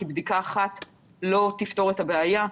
כי בדיקה אחת לא תפתור את הבעיה.